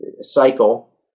cycle